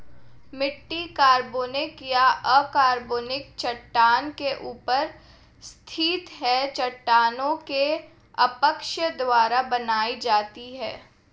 मिट्टी कार्बनिक या अकार्बनिक चट्टान के ऊपर स्थित है चट्टानों के अपक्षय द्वारा बनाई जाती है